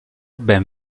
ben